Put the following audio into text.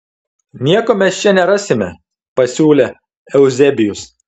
nieko mes čia nerasime pasiūlė euzebijus